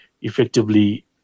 effectively